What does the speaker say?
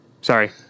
Sorry